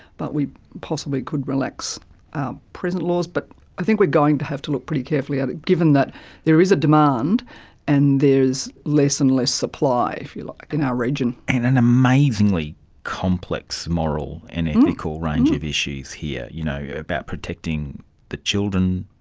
but we possibly could relax present laws. but i think we're going to have to look pretty carefully at it, given that there is a demand and there is less and less supply, if you like, in our region. and an amazingly complex moral and ethical range of issues here you know about protecting the children,